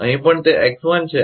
અહીં પણ તે x1 છે